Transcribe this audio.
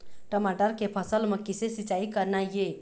टमाटर के फसल म किसे सिचाई करना ये?